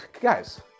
guys